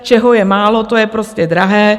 Čeho je málo, to je prostě drahé.